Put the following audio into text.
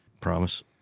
Promise